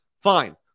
Fine